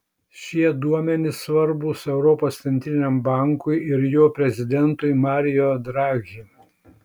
šie duomenys svarbūs europos centriniam bankui ir jo prezidentui mario draghi